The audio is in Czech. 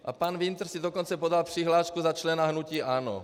A pan Winter si dokonce podal přihlášku za člena hnutí ANO.